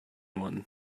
one